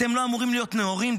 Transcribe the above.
אתם לא אמורים להיות נאורים?